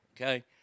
okay